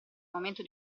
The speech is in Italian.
momento